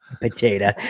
Potato